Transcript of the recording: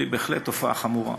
אבל היא בהחלט תופעה חמורה.